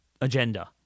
Agenda